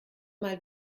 mal